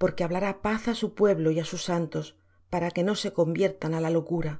porque hablará paz á su pueblo y á sus santos para que no se conviertan á la locura